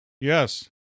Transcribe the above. Yes